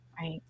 Right